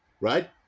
Right